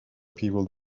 people